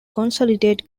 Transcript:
consolidate